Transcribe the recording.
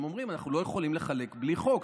הם אומרים: אנחנו לא יכולים לחלק בלי חוק,